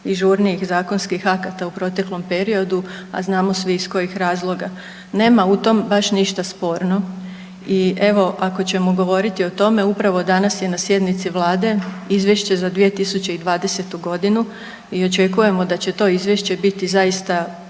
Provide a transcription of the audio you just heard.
i žurnijih zakonskih akata u proteklom periodu, a znamo svi iz kojih razloga, nema u tom baš ništa sporno i evo, ako ćemo govoriti o tome, upravo danas je na sjednici Vlade Izvješće za 2020. g. i očekujemo da će to Izvješće biti zaista